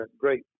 great